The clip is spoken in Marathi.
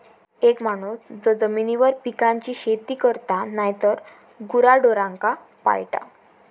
एक माणूस जो जमिनीवर पिकांची शेती करता नायतर गुराढोरांका पाळता